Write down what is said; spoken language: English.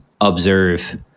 observe